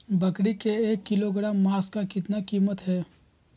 बकरी के एक किलोग्राम मांस का कीमत कितना है?